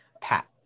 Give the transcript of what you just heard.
Pat